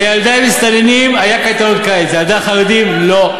לילדי המסתננים היו קייטנות קיץ, לילדי החרדים לא.